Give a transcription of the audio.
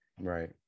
right